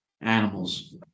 animals